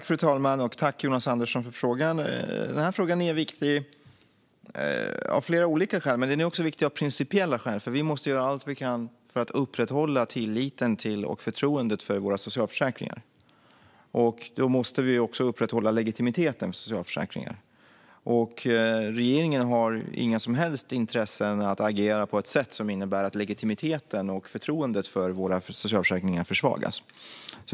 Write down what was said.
Fru talman! Tack, Jonas Andersson, för frågan! Den här frågan är viktig av flera olika skäl, bland annat av principiella skäl. Vi måste göra allt vi kan för att upprätthålla tilliten till och förtroendet för våra socialförsäkringar. Då måste vi också upprätthålla legitimiteten för socialförsäkringarna. Regeringen har inget som helst intresse av att agera på ett sätt som innebär att legitimiteten och förtroendet för våra socialförsäkringar försvagas.